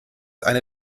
eine